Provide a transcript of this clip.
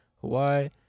Hawaii